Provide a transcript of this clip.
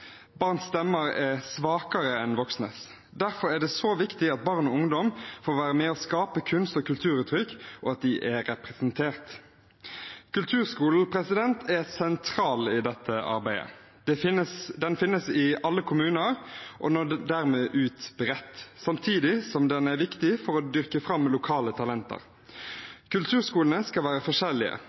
Barns stemmer er svakere enn voksnes. Derfor er det så viktig at barn og ungdom får være med på å skape kunst- og kulturuttrykk, og at de er representert. Kulturskolen er sentral i dette arbeidet. Den finnes i alle kommuner og når dermed ut bredt, samtidig som den er viktig for å dyrke fram lokale talenter. Kulturskolene skal være forskjellige.